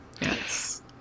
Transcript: Yes